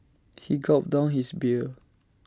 he gulped down his beer